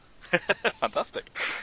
Fantastic